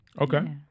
Okay